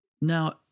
Now